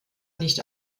nicht